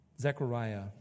Zechariah